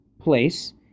place